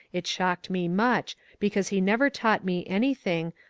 it shocked me much, because he never taught me anything,